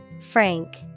frank